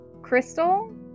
crystal